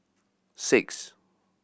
six